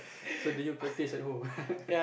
so do you practice at home